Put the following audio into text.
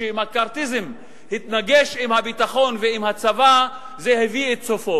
שכשהמקארתיזם התנגש עם הביטחון ועם הצבא זה הביא את סופו,